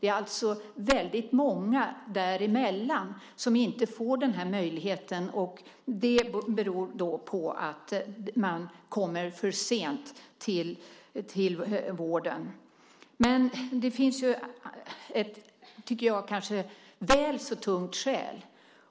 Det är alltså väldigt många däremellan som inte får den möjligheten. Det beror på att man kommer för sent till vården. Det finns ett väl så tungt skäl,